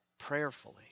prayerfully